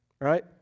Right